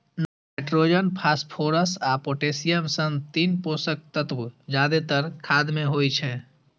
nitrogen, phosphorus आ potassium सन तीन पोषक तत्व जादेतर खाद मे होइ छै